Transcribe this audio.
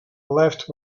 left